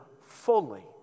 fully